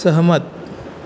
सहमत